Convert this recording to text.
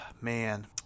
Man